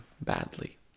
badly